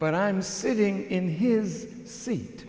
but i'm sitting in his seat